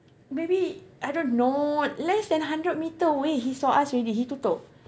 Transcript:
maybe I don't know less than hundred meter away he saw us already he tutup